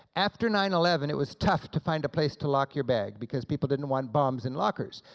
after nine eleven it was tough to find a place to lock your bag, because people didn't want bombs in lockers.